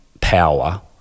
power